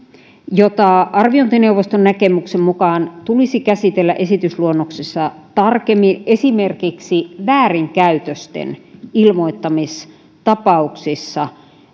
jota arviointineuvoston näkemyksen mukaan tulisi käsitellä esitysluonnoksessa tarkemmin esimerkiksi väärinkäytösten ilmoittamistapauksissa